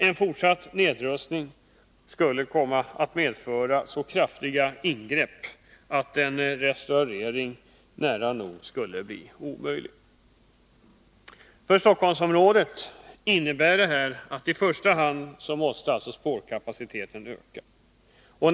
En fortsatt nedrustning skulle medföra så kraftiga ingrepp att en restaurering skulle bli nära nog omöjlig. För Stockholmsområdet innebär detta att det i första hand är spårkapaciteten som måste ökas.